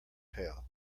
pail